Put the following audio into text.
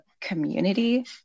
community